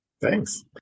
Thanks